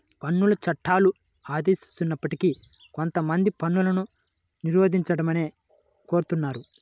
పన్నుల చట్టాలు ఆదేశిస్తున్నప్పటికీ కొంతమంది పన్నును నిరోధించమనే కోరుతున్నారు